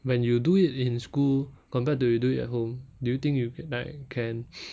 when you do it in school compared to you do it at home do you think you can like can